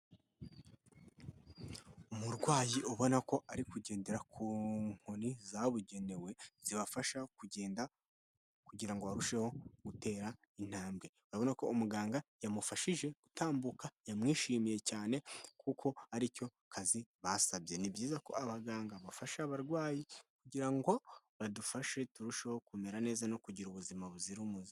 Umurwayi ubona ko ari kugendera ku nkoni zabugenewe zibafasha kugenda kugira ngo arusheho gutera intambwe urabona ko umuganga yamufashije gutambuka yamwishimiye cyane kuko aricyo kazi basabye ni byiza ko abaganga bafasha abarwayi kugira ngo badufashe turusheho kumera neza no kugira ubuzima buzira umuze.